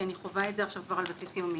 כי אני חווה את זה על בסיס יומי.